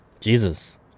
Jesus